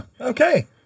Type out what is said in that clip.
Okay